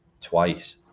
twice